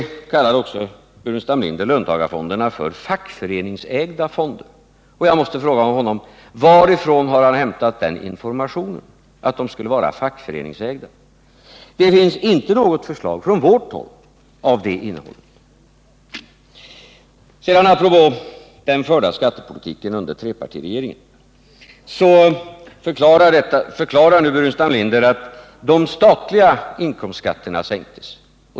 Staffan Burenstam Linder kallade löntagarfonderna för fackföreningsägda fonder. Jag måste fråga honom varifrån han har hämtat informationen att de skulle vara fackföreningsägda. Det finns inte något förslag från vårt håll med det innehållet. Apropå den förda skattepolitiken under trepartiregeringen förklarar nu Staffan Burenstam Linder att de statliga inkomstskatterna sänktes.